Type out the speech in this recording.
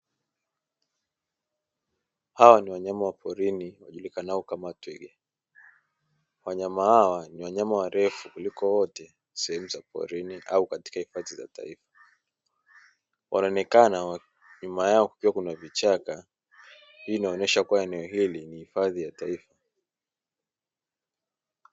Hawa ni wanyama wa porini wajulikanao kama twiga. Wanyama hawa ni wanyama warefu kuliko wote sehemu za porini au katika hifadhi za taifa. Wanaonekana nyuma yao kukiwa kuna vichaka, hii inaonyesha kuwa eneo hili ni hifadhi ya taifa.